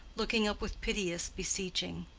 looking up with piteous beseeching.